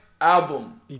album